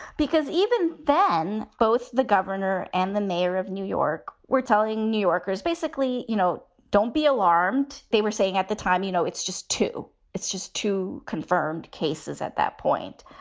because even then, both the governor and the mayor of new york were telling new yorkers, basically, you know, don't be alarmed they were saying at the time, you know, it's just too it's just two confirmed cases. at that point,